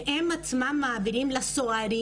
והם עצמם מעבירים את ההדרכה לסוהרים